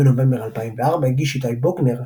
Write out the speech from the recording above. בנובמבר 2004 הגיש איתי בוגנר,